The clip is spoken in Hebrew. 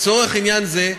לצורך עניין זה,